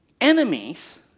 Enemies